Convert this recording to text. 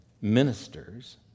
ministers